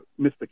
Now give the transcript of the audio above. Mr